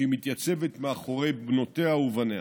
כשהיא מתייצבת מאחורי בנותיה ובניה.